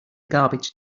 garbage